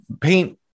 paint